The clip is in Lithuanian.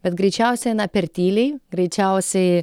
bet greičiausiai eina per tyliai greičiausiai